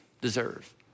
deserve